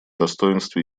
достоинстве